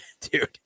dude